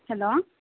hello